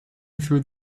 through